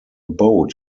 boat